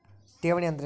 ಠೇವಣಿ ಅಂದ್ರೇನು?